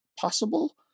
possible